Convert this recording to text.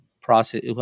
process